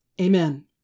Amen